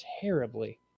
terribly